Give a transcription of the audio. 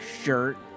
shirt